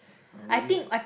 uh we wait